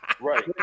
Right